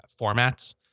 formats